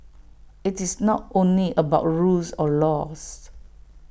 IT is not only about rules or laws